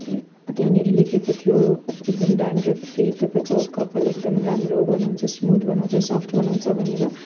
त्यहाँनिर लेखेको थियो एकदम डेन्ड्रफ फ्री तपाईँको कपाल एकदम राम्रो बनाउँछ स्मुथ बनाउँछ सफ्ट बनाउँछ भनेर